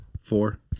Four